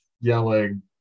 yelling